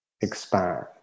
expand